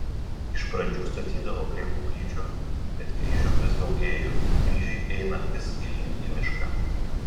iš pradžių statydavo prie koplyčių bet kryžių vis daugėjo kryžiai eina vis gilyn į mišką